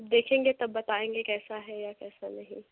देखेंगे तब बताएँगे कैसा है या कैसा नहीं